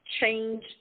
change